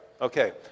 Okay